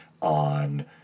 on